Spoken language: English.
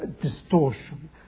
distortion